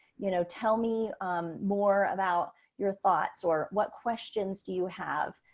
you know, tell me more about your thoughts or what questions do you have?